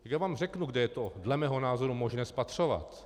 Tak já vám řeknu, kde je to dle mého názoru možné spatřovat.